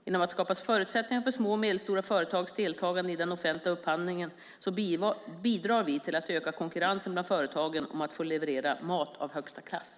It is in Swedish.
Genom att skapa förutsättningar för små och medelstora företags deltagande i den offentliga upphandlingen bidrar vi till att öka konkurrensen bland företagen om att få leverera mat av högsta klass.